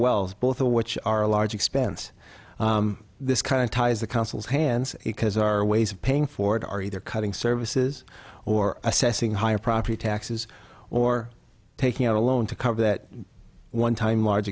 wells both of which are a large expense this kind of ties the council's hands because our ways of paying for it are either cutting services or assessing higher property taxes or taking out a loan to cover that one time large